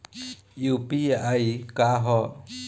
UPI का ह?